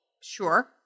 Sure